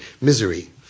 misery